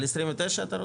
על סעיף 29 אתה רוצה?